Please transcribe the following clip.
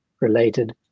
related